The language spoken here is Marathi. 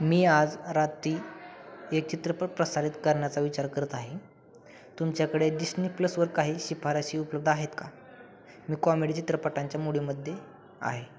मी आज रात्री एक चित्रपट प्रसारित करण्याचा विचार करत आहे तुमच्याकडे डिश्नी प्लसवर काही शिफारसी उपलब्ध आहेत का मी कॉमेडी चित्रपटांच्या मुडीमध्ये आहे